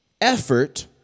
Effort